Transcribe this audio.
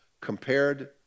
compared